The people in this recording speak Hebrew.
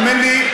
האמן לי,